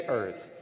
earth